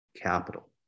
capital